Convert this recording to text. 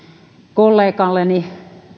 kollegalleni